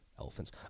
Elephants